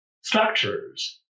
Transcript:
structures